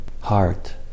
heart